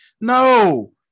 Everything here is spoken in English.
No